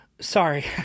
Sorry